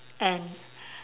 and